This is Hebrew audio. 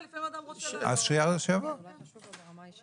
ויאסין, ואנחנו